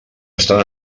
estan